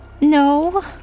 No